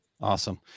Awesome